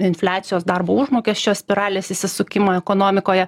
infliacijos darbo užmokesčio spiralės įsisukimą ekonomikoje